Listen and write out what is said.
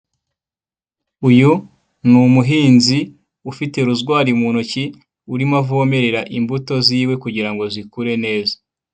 Uyu ni umuhizi ufite rozwari mu ntoki, urimo avomerera imbuto ziwe kugira ngo zikure neza.